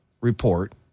report